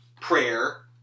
prayer